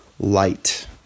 Light